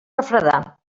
refredar